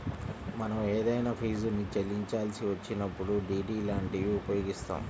మనం ఏదైనా ఫీజుని చెల్లించాల్సి వచ్చినప్పుడు డి.డి లాంటివి ఉపయోగిత్తాం